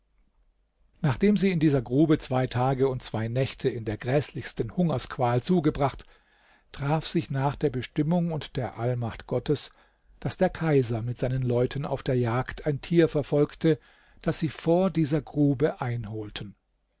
nachdem sie in dieser grube zwei tage und zwei nächte in der gräßlichsten hungersqual zugebracht traf sich nach der bestimmung und der allmacht gottes daß der kaiser mit seinen leuten auf der jagd ein tier verfolgte das sie vor dieser grube einholten